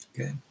okay